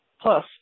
Plus